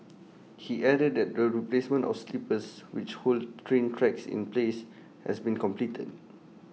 he added that the replacement of sleepers which hold train tracks in place has been completed